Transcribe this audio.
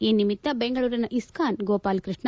ಈ ನಿಮಿತ್ತ ಬೆಂಗಳೂರಿನ ಇಸ್ಥಾನ್ ಗೋಪಾಲ ಕೃಷ್ಣ